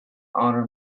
honor